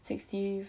sixty